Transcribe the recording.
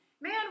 Man